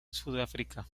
sudáfrica